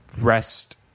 rest